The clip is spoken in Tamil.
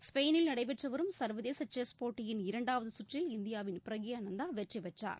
ஸ்பெயினில் நடைபெற்று வரும் சர்வதேச செஸ் போட்டியின் இரண்டாவது சுற்றில் இந்தியாவின் பிரக்யாநந்தா வெற்றி பெற்றார்